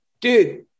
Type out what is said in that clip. dude